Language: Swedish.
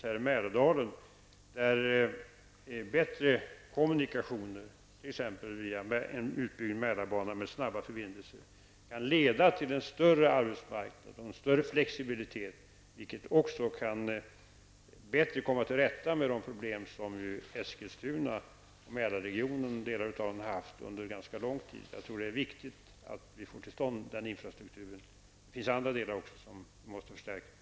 Här i Mälardalen kan bättre kommunikationer, t.ex. via en utbyggd Mälarbana med snabba förbindelser, leda till en större arbetsmarknad med bättre flexibilitet, vilket gör att vi också bättre kan komma till rätta med de problem som Eskilstuna och delar av Mälarregionen har haft under ganska lång tid. Jag tror att det är viktigt att vi får till stånd dessa infrastrukturinsatser. Också på andra punkter behöver det göras förstärkningar.